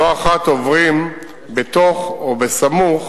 שלא אחת עוברים בתוך או בסמוך